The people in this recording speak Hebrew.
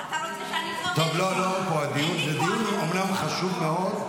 --- זה אומנם דיון חשוב מאוד,